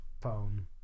phone